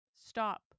stop